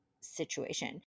situation